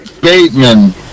Bateman